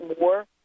more